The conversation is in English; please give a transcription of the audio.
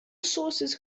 sources